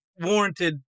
warranted